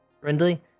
friendly